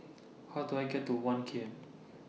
How Do I get to one K M